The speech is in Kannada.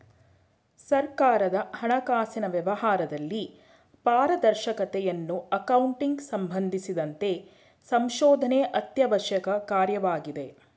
ಸರ್ಕಾರದ ಹಣಕಾಸಿನ ವ್ಯವಹಾರದಲ್ಲಿ ಪಾರದರ್ಶಕತೆಯನ್ನು ಅಕೌಂಟಿಂಗ್ ಸಂಬಂಧಿಸಿದಂತೆ ಸಂಶೋಧನೆ ಅತ್ಯವಶ್ಯಕ ಕಾರ್ಯವಾಗಿದೆ